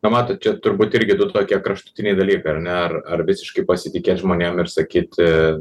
na matot čia turbūt irgi du tokie kraštutiniai dalykai ar ne ar ar visiškai pasitikėt žmonėm ir sakyti